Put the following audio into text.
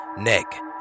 neck